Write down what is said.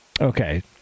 Okay